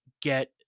get